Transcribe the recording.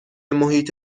محیط